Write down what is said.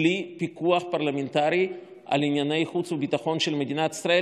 בלי פיקוח פרלמנטרי על ענייני החוץ והביטחון של מדינת ישראל,